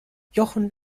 jochen